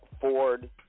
Ford –